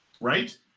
right